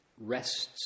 rests